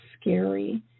scary